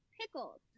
pickles